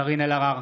קארין אלהרר,